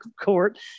court